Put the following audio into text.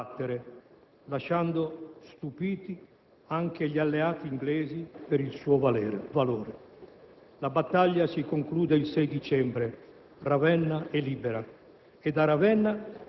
continua a combattere, lasciando stupiti anche gli alleati inglesi per il suo valore. La battaglia si conclude il 6 dicembre. Ravenna è libera.